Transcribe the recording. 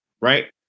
Right